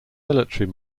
military